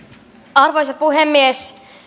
arvoisa puhemies